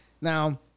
Now